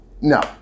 no